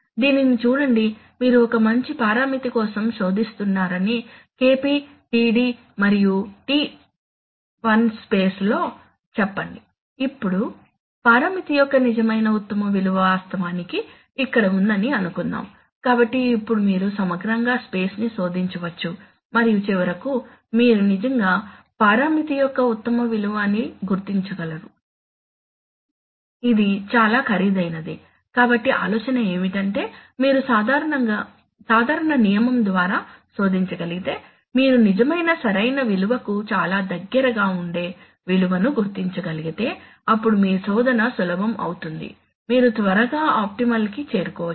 దీనిని చూడండి మీరు ఒక మంచి పరామితి కోసం శోధిస్తున్నారని KP td మరియు TI స్పేస్ లో చెప్పండి ఇప్పుడు పరామితి యొక్క నిజమైన ఉత్తమ విలువ వాస్తవానికి ఇక్కడ ఉందని అనుకుందాం కాబట్టి ఇప్పుడు మీరు సమగ్రంగా స్పేస్ ని శోధించవచ్చు మరియు చివరకు మీరు నిజంగానే పరామితి యొక్క ఉత్తమ విలువ అని గుర్తించగలరు ఇది చాలా ఖరీదైనది కాబట్టి ఆలోచన ఏమిటంటే మీరు సాధారణ నియమం ద్వారా శోధించగలిగితే మీరు నిజమైన సరైన విలువకు చాలా దగ్గరగా ఉండే విలువను గుర్తించగలిగితే అప్పుడు మీ శోధన సులభం అవుతుంది మీరు త్వరగా ఆప్టిమల్ కి చేరుకోవచ్చు